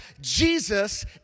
Jesus